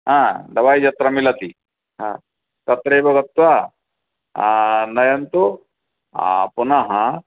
अ दवायी यत्र मिलति ह तत्रैव गत्वा नयन्तु पुनः